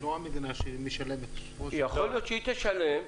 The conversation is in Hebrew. זה לא המדינה שמשלמת --- יכול להיות שהיא תשלם,